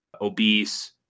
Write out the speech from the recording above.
obese